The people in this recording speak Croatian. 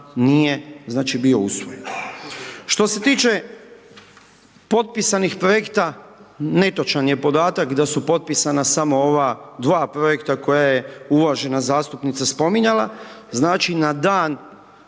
nije znači bio usvojen. Što se tiče potpisanih projekta netočan je podatak da su potpisana samo ova dva projekta koja je uvažena zastupnica spominjala. Znači na dan